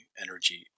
energy